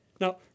Now